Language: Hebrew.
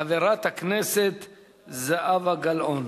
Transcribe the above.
חברת הכנסת זהבה גלאון.